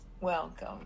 Welcome